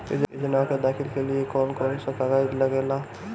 योजनाओ के दाखिले के लिए कौउन कौउन सा कागज लगेला?